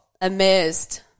amazed